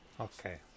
Okay